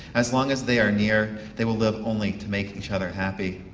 as long as they are near they will live only to make each other happy.